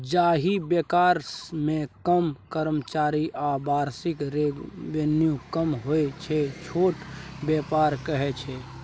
जाहि बेपार मे कम कर्मचारी आ बार्षिक रेवेन्यू कम होइ छै छोट बेपार कहय छै